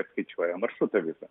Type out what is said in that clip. apskaičiuoja maršrutą visą